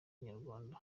nyarwanda